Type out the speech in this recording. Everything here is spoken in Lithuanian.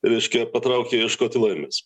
reiškia patraukė ieškoti laimės